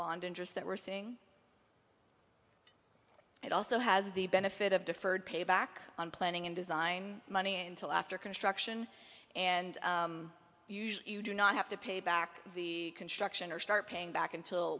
bond interest that we're seeing and also has the benefit of deferred payback on planning and design money until after construction and you do not have to pay back the construction or start paying back until